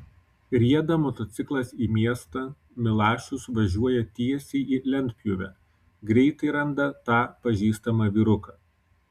rieda motociklas į miestą milašius važiuoja tiesiai į lentpjūvę greitai randa tą pažįstamą vyruką